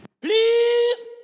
Please